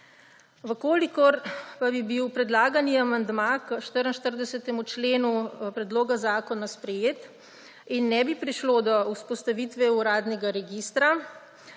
Če pa bi bil predlagani amandma k 44. členu predloga zakona sprejet in ne bi prišlo do vzpostavitve uradnega registra,